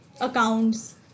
accounts